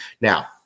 Now